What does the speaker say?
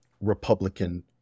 Republican